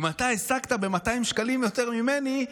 אם אתה השגת ב-200 שקלים פחות ממני,